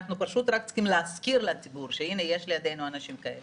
אנחנו רק צריכים להזכיר לציבור שיש לידינו אנשים כאלה.